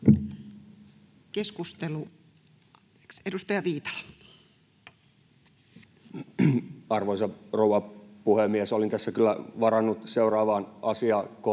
Kiitos. Edustaja Viitala. Arvoisa rouva puhemies! Olin tässä kyllä varannut seuraavaan asiakohtaan